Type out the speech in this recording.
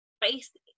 based